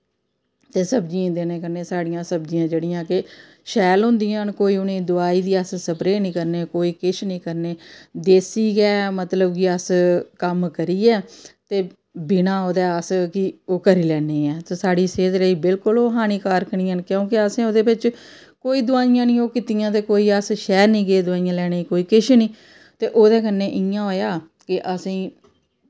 ते सब्जियें गी देने कन्नै साढ़ियां सब्जियां जेह्ड़ियां कि शैल होंदियां न कोई उ'नें गी दोआई निं अस स्प्रे निं करने कोई किश निं करने देसी गै मतलब कि अस कम्म करियै ते बिना ओह्दै अस कि ओह् करी लैन्ने ऐं साढ़ी सेह्त लेईं बिल्कुल ओह् हानिकारक नेईं ऐन क्योंकि असें ओह्दे बिच्च कोई दोआइयां निं कीतियां ओह् कीतियां ते कोई अस शैह्र निं गे दोआइयां लैने गी कोई किश निं ते ओह्दे कन्नै इ'यां होआ की असें गी